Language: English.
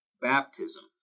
baptism